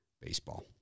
baseball